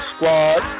Squad